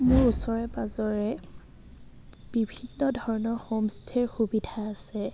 মোৰ ওচৰে পাঁজৰে বিভিন্ন ধৰণৰ হোমষ্টে'ৰ সুবিধা আছে